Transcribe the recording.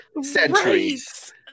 centuries